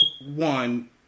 one